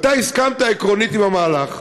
אתה הסכמת עקרונית עם המהלך,